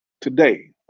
today